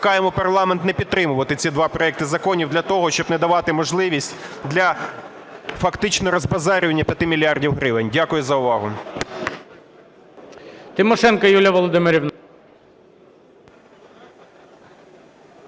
Дякую за увагу.